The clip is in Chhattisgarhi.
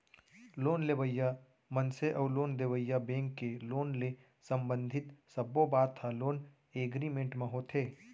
लोन लेवइया मनसे अउ लोन देवइया बेंक के लोन ले संबंधित सब्बो बात ह लोन एगरिमेंट म होथे